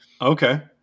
Okay